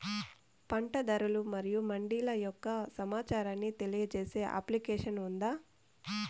పంట ధరలు మరియు మండీల యొక్క సమాచారాన్ని తెలియజేసే అప్లికేషన్ ఉందా?